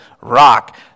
rock